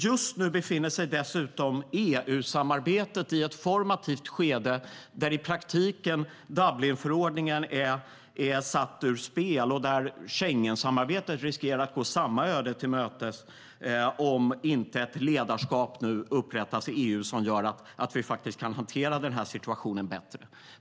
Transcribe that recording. Just nu befinner sig dessutom EU-samarbetet i ett formativt skede där Dublinförordningen i praktiken är satt ur spel och där Schengensamarbetet riskerar att gå samma öde till mötes om inte ett ledarskap nu upprättas i EU som gör att vi kan hantera situationen bättre.